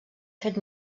fet